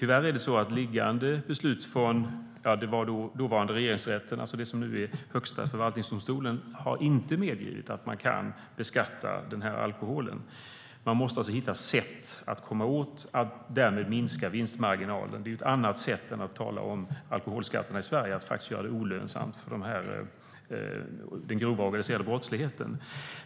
Tyvärr har det liggande beslutet från dåvarande Regeringsrätten - det som nu är Högsta förvaltningsdomstolen - inte medgivit att man beskattar denna alkohol. Man måste hitta sätt att minska vinstmarginalen. Ett sätt, utöver att tala om alkoholskatterna i Sverige, är att göra det olönsamt för den grova organiserade brottsligheten.